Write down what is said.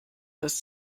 das